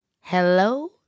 Hello